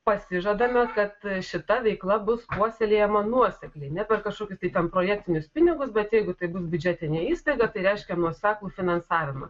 pasižadame kad šita veikla bus puoselėjama nuosekliai ne per kažkokius tai ten projektinius pinigus bet jeigu tai bus biudžetinė įstaiga tai reiškia nuoseklų finansavimą